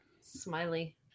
Smiley